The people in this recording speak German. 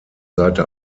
seite